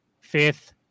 fifth